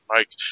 Mike